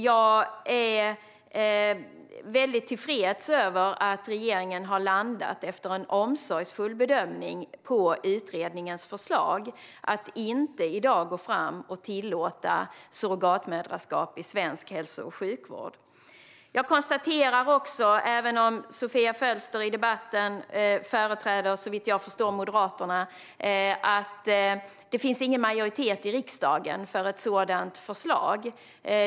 Jag är tillfreds med att regeringen, efter en omsorgsfull bedömning, har landat i utredningens förslag att inte tillåta surrogatmoderskap i svensk hälso och sjukvård i dag. Även om Sofia Fölster såvitt jag förstår företräder Moderaterna i debatten konstaterar jag att det inte finns någon majoritet i riksdagen för ett sådant förslag.